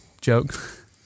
joke